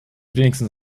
wenigstens